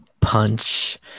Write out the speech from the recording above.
punch